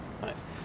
nice